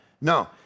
No